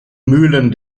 mühlen